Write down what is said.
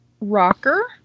rocker